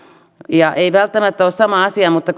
ja ei välttämättä ole sama asia mutta